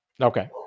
Okay